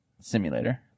simulator